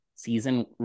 season